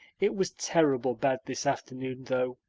it was terrible bad this afternoon, though.